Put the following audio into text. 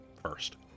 first